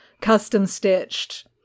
custom-stitched